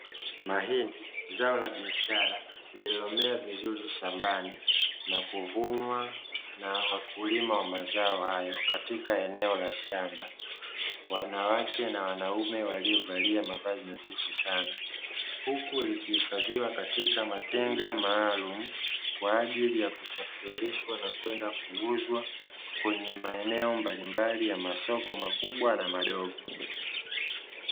Mahindi zao la biashara lililomea vizuri shambani na kuvunwa na wakulima wa mazao hayo katika eneo la shamba, wanawake na wanaume waliovalia mavazi nadhifu sana. Huku likihifadhiwa katika matenga maalumu, kwa ajili ya kusafirishwa na kwenda kuuzwa, kwenye maeneo mbalimbali ya masoko makubwa na madogo.